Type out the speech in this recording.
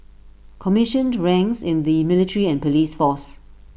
commissioned ranks in the military and Police force